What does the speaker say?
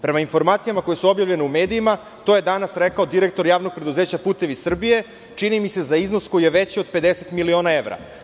Prema informacijama koje su objavljene u medijima, to je danas rekao direktor Javnog preduzeća "Putevi Srbije", čini mi se za iznos koji je veći od 50 miliona evra.